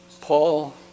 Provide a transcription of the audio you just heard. Paul